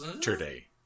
Today